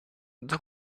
don’t